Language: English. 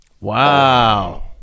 Wow